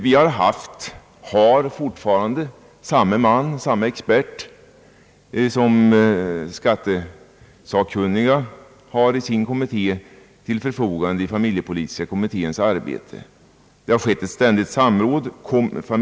Vi har haft och har fortfarande i familjepolitiska kommittén till förfogande samme expert som familjeskatteberedningen och det har skett ett ständigt samråd.